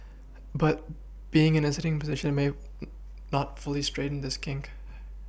but being in a sitting position may not fully straighten this kink